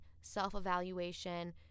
self-evaluation